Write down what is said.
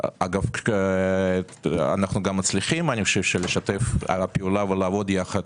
אני חושב שאנחנו מצליחים לשתף פעולה ולעבוד יחד